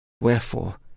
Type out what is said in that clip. Wherefore